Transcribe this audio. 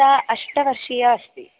सा अष्टवर्षीया अस्ति